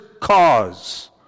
cause